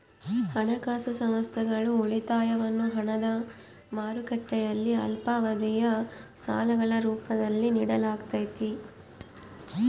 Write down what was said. ಹಣಕಾಸು ಸಂಸ್ಥೆಗಳು ಉಳಿತಾಯವನ್ನು ಹಣದ ಮಾರುಕಟ್ಟೆಯಲ್ಲಿ ಅಲ್ಪಾವಧಿಯ ಸಾಲಗಳ ರೂಪದಲ್ಲಿ ನಿಡಲಾಗತೈತಿ